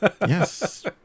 Yes